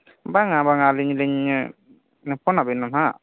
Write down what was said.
ᱵᱟᱝᱟ ᱵᱟᱝᱟ ᱟᱹᱞᱤᱧ ᱞᱤᱧ ᱯᱷᱳᱱ ᱟᱵᱤᱱᱟ ᱫᱚ ᱱᱟᱦᱟᱜ